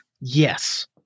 Yes